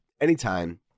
anytime